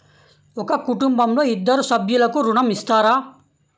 ఒక కుటుంబంలో ఇద్దరు సభ్యులకు ఋణం ఇస్తారా?